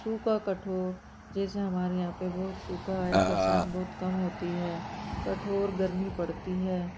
सूखा कठोर जैसे हमारे यहाँ पर बहुत सूखा है बरसात बहुत कम होती है कठोर गर्मी पड़ती है